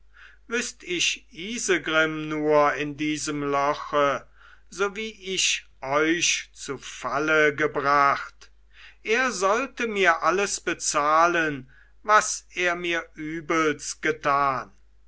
wüßt ich isegrim nur in diesem loche so wie ich euch zu falle gebracht er sollte mir alles bezahlen was er mir übels getan